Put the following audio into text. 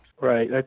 Right